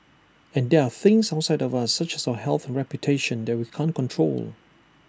and there are things outside of us such as our health reputation that we can't control